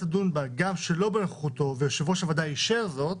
תדון בה גם שלא בנוכחותו ויושב ראש הוועדה אישר זאת